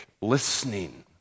listening